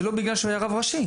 זה לא בגלל שהוא היה רב ראשי.